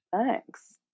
Thanks